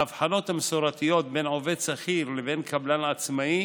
ההבחנות המסורתיות בין עובד שכיר לבין קבלן עצמאי